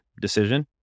decision